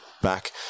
back